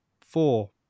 four